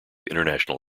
international